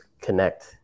connect